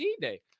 day